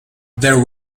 there